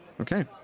Okay